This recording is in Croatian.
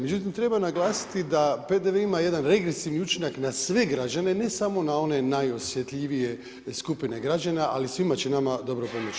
Međutim treba naglasiti da PDV ima jedan regresivni učinak na sve građane, ne samo na one najosjetljivije skupine građana ali svima će nama dobro pomoći.